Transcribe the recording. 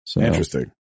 Interesting